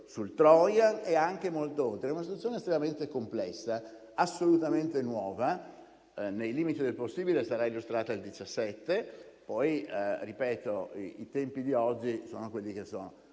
sul *trojan* e anche molto oltre. È una situazione estremamente complessa, assolutamente nuova, che nei limiti del possibile sarà illustrata il 17 gennaio. I tempi di oggi sono quelli che sono,